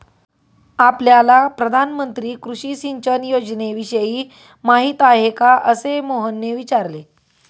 आपल्याला प्रधानमंत्री कृषी सिंचन योजनेविषयी माहिती आहे का? असे मोहनने विचारले